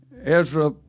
Ezra